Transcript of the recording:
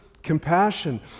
Compassion